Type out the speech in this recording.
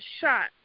shot